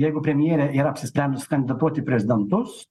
jeigu premjerė yra apsisprendus kandidatuot į prezidentus